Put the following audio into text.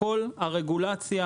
לפי דוח פולקמן כל הרגולציה